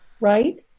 right